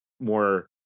more